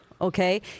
Okay